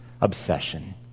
obsession